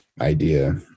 idea